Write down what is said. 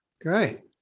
Great